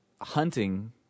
hunting